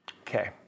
Okay